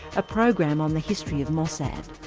a program on the history of mossad.